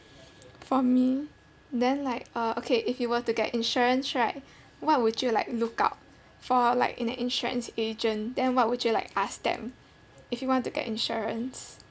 for me then like uh okay if you were to get insurance right what would you like look out for like in an insurance agent then what would you like ask them if you want to get insurance